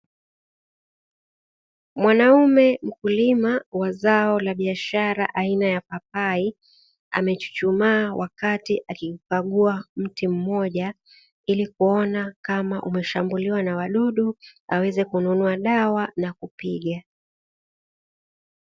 Mwanamme mkulima wa zao la biashara aina ya papai, amechuchumaa wakati akikagua mti mmoja ili kuona kama umeshambuliwa na wadudu aweze kununua dawa na kupiga.